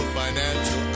financial